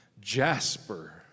Jasper